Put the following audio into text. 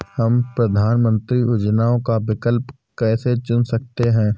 हम प्रधानमंत्री योजनाओं का विकल्प कैसे चुन सकते हैं?